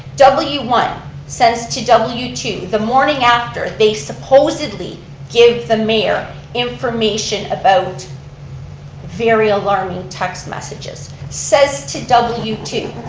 w one says to w two, the morning after they supposedly give the mayor information about very alarming text messages, says to w two,